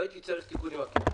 לא הייתי צריך תיקונים עקיפים.